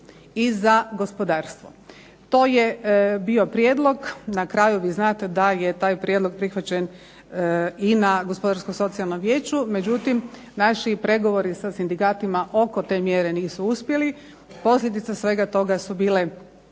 i za gospodarstvo. To je bio prijedlog. Na kraju, vi znate da je taj prijedlog prihvaćen i na Gospodarsko-socijalnom vijeću, međutim naši pregovori sa sindikatima oko te mjere nisu uspjeli. Posljedica svega toga je bio